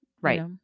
right